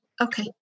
Okay